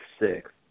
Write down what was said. six